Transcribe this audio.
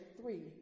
three